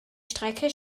strecke